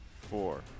four